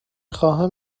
خواهم